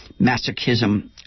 masochism